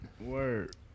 word